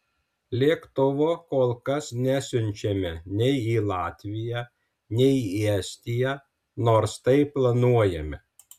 lėktuvo kol kas nesiunčiame nei į latviją nei į estiją nors tai planuojame